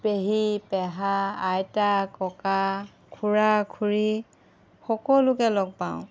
পেহী পেহা আইতা ককা খুৰা খুৰী সকলোকে লগ পাওঁ